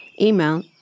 Email